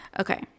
Okay